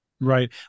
Right